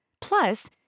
Plus